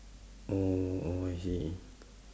oh oh I see